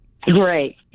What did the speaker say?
great